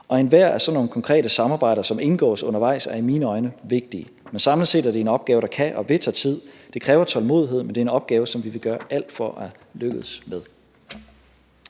Ethvert af sådan nogle konkrete samarbejder, som indgås undervejs, er i mine øjne vigtige. Men samlet set er det en opgave, der kan og vil tage tid. Det kræver tålmodighed, men det er en opgave, som vi vil gøre alt for at lykkes med.